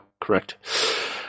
Correct